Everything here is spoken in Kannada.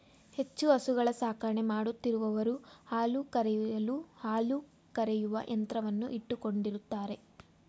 ಹೆಚ್ಚು ಹಸುಗಳ ಸಾಕಣೆ ಮಾಡುತ್ತಿರುವವರು ಹಾಲು ಕರೆಯಲು ಹಾಲು ಕರೆಯುವ ಯಂತ್ರವನ್ನು ಇಟ್ಟುಕೊಂಡಿರುತ್ತಾರೆ